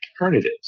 alternatives